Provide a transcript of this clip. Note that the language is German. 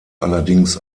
allerdings